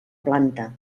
planta